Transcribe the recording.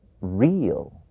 real